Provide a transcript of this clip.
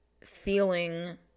feeling